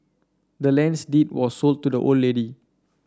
the land's deed were sold to the old lady